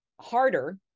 harder